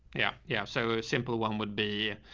yeah. yeah. so simple one would be,